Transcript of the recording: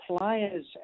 players